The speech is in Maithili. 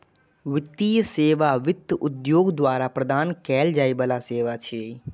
वित्तीय सेवा वित्त उद्योग द्वारा प्रदान कैल जाइ बला सेवा छियै